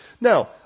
Now